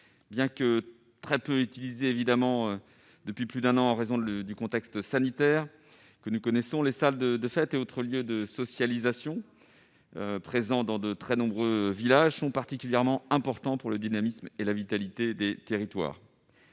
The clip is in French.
soient très peu utilisés depuis plus d'un an en raison du contexte sanitaire que nous connaissons, les salles des fêtes et les autres lieux de socialisation, présents dans de très nombreux villages, sont particulièrement importants pour le dynamisme et la vitalité des territoires.